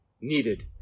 needed